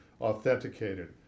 authenticated